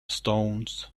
stones